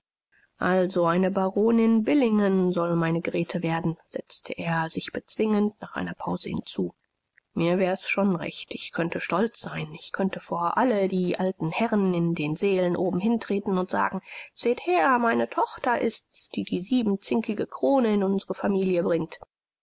also eine baronin billingen soll meine grete werden setzte er sich bezwingend nach einer pause hinzu mir wär's schon recht ich könnte stolz sein ich könnte vor alle die alten herren in den sälen oben hintreten und sagen seht her meine tochter ist's die die siebenzinkige krone in unsere familie bringt